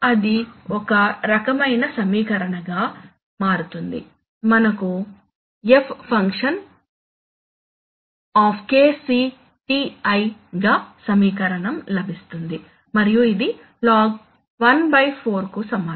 ఇది ఒక రకమైన సమీకరణంగా మారుతుంది మనకు f ఫంక్షన్ KCTi గా సమీకరణం లభిస్తుంది మరియు ఇది ln 14 కు సమానం